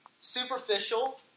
superficial